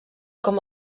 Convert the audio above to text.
com